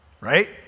Right